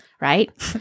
Right